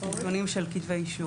נתונים של כתבי אישום.